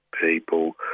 people